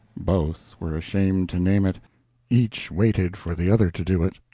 both were ashamed to name it each waited for the other to do it.